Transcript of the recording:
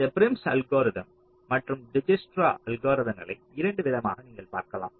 இந்த Prim's algorithm Prim's algorithm மற்றும் Dijkstra algorithm களை இரண்டு விதமாக நீங்கள் பார்க்கவும்